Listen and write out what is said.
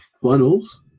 funnels